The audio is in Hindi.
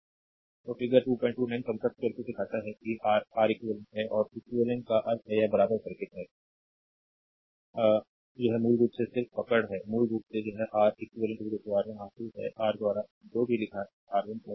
स्लाइड टाइम देखें 3039 तो फिगर 229 समकक्ष सर्किट दिखाता है यह आर आर ईक्यू है आर eq का अर्थ है यह बराबर सर्किट है यह मूल रूप से सिर्फ पकड़ है मूल रूप से यह R R eq R1 R2 है R द्वारा हमने जो भी लिखा है R1 R2